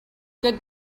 good